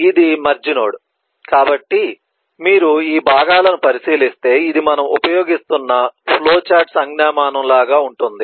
ఇది merge node కాబట్టి మీరు ఈ భాగాలను పరిశీలిస్తే ఇది మనం ఉపయోగిస్తున్న ఫ్లో చార్ట్ సంజ్ఞామానం లాగా ఉంటుంది